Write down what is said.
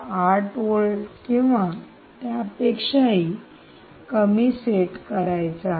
8 volt किंवा त्यापेक्षाही कमी सेट करायचा आहे